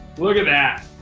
look at that.